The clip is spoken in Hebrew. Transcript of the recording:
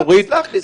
תסלח לי,